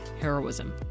heroism